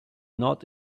not